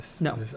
No